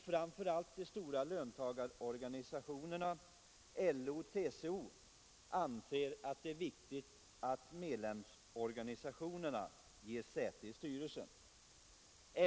Framför allt de stora löntagarorganisationerna LO och TCO anser det viktigt att medlemsorganisationerna ges säte i styrelserna.